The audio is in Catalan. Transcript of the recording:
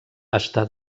està